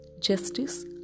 justice